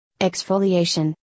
Exfoliation